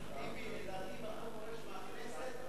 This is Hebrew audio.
אתה פורש מהכנסת,